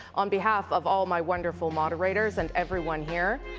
on behalf of all my wonderful moderators and everyone here,